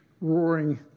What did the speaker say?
roaring